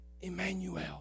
Emmanuel